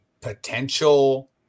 potential